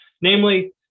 namely